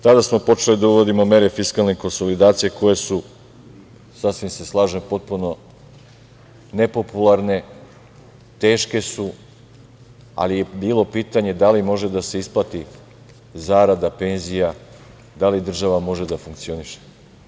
Tada smo počeli da uvodimo mere fiskalne konsolidacije koje su, sasvim se slažem, potpuno nepopularne, teške su, ali je bilo pitanje da li može da se isplati zarada, penzija, da li država može da funkcioniše.